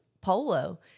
polo